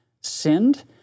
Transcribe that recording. sinned